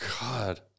God